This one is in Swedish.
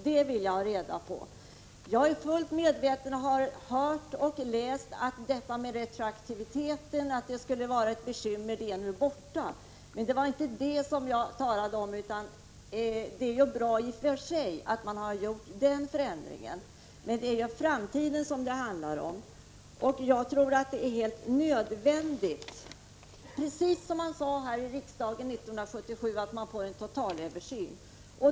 Jag vill ha reda på hur det förhåller sig. Jag är fullt medveten om — och har hört och läst — att detta med retroaktiviteten nu inte längre skulle vara ett bekymmer. Men det var inte det som jag talade om. Det är ju bra i och för sig att man gjort den förändringen. Men det är framtiden som det handlar om. Och jag tror att det är nödvändigt — precis som man sade i riksdagen 1977 — med en total översyn.